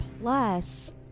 Plus